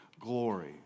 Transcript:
glory